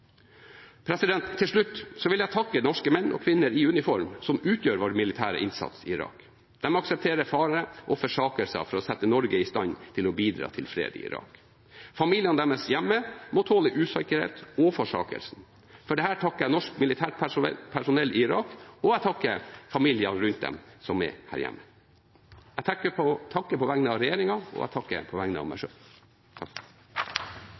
Til slutt vil jeg takke norske menn og kvinner i uniform som utgjør vår militære innsats i Irak. De aksepterer farer og forsakelser for å sette Norge i stand til å bidra til fred i Irak. Familiene deres hjemme må tåle usikkerhet og forsakelse. For dette takker jeg norsk militært personell i Irak, og jeg takker familiene rundt dem som er her hjemme. Jeg takker på vegne av regjeringen, og jeg takker på vegne av meg